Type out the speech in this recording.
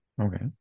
Okay